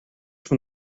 from